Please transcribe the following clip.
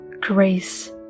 grace